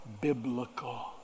biblical